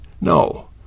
No